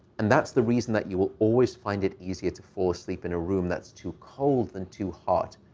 and that's the reason that you will always find it easier to fall asleep in a room that's too cold than too hot,